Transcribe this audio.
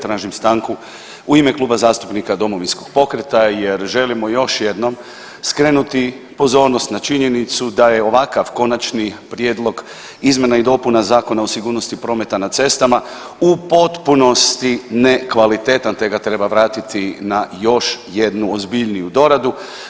Tražim stanku u ime Kluba zastupnika Domovinskog pokreta jer želimo još jednom skrenuti pozornost na činjenicu da je ovakav konačni prijedlog izmjena i dopuna Zakona o sigurnosti prometa na cestama u potpunosti nekvalitetan te ga treba vratiti na još jednu ozbiljniju doradu.